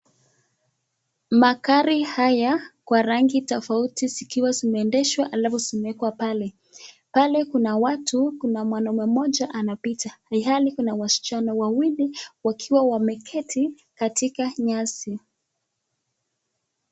Magari haya kwa rangi tofauti zikiwa zimeendeshwa halafu zimewekwa pale. Pale kuna watu, kuna mwanaume moja anapita ilhali kuna wasichana wawili wakiwa wameketi katika nyasi.